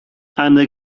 eine